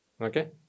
okay